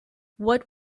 what